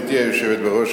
גברתי היושבת בראש,